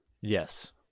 Yes